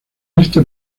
este